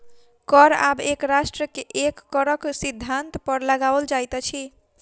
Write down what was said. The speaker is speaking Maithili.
कर आब एक राष्ट्र एक करक सिद्धान्त पर लगाओल जाइत अछि